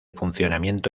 funcionamiento